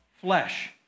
flesh